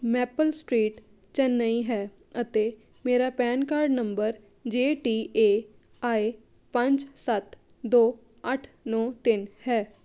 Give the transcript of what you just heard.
maple street Chennai ਹੈ ਅਤੇ ਮੇਰਾ PAN card number J T A I ਪੰਜ ਸੱਤ ਦੋ ਅੱਠ ਨੌਂ ਤਿੰਨ ਹੈ